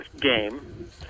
game